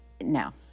No